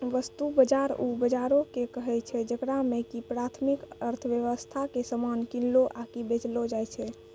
वस्तु बजार उ बजारो के कहै छै जेकरा मे कि प्राथमिक अर्थव्यबस्था के समान किनलो आकि बेचलो जाय छै